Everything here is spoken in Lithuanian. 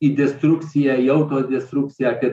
į destrukciją į autodestrukciją kad